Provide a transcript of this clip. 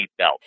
seatbelt